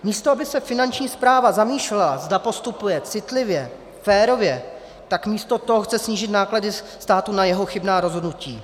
Místo aby se Finanční správa zamýšlela, zda postupuje citlivě, férově, tak místo toho chce snížit náklady státu na jeho chybná rozhodnutí.